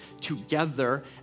together